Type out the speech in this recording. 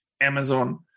Amazon